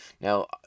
Now